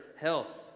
health